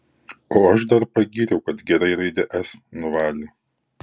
o aš dar pagyriau kad gerai raidę s nuvalė